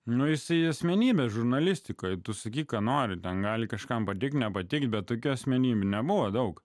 nuėjusi į asmenybę žurnalistikai tu sakyk ką nori dar gali kažkam nepatikti bet tokia asmenybė nebuvo daug